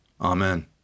Amen